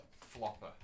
Flopper